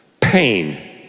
pain